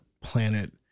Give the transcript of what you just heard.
planet